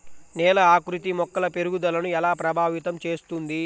నేల ఆకృతి మొక్కల పెరుగుదలను ఎలా ప్రభావితం చేస్తుంది?